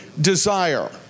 desire